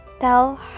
tell